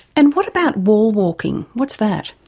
and what about wall-walking, what's that?